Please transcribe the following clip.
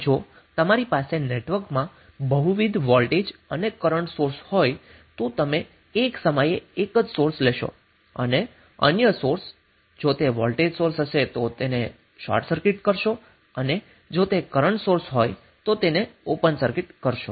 અને જો તમારી પાસે નેટવર્કમાં બહુવિધ વોલ્ટેજ અને કરન્ટ સોર્સ હોય તો તમે એક સમયે એક સોર્સ લેશો અને અન્ય સોર્સ જો તે વોલ્ટેજ સોર્સ હશે તો શોર્ટ સર્કિટ કરશો અને જો તે કરન્ટ સોર્સ હશે તો ઓપન સર્કિટકરશો